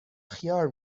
خیار